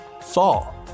fall